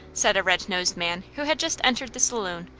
said a red-nosed man who had just entered the saloon,